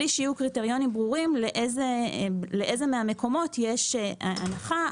אין קריטריונים ברורים לאיזה מהמקומות יש הנחה,